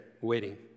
waiting